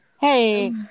Hey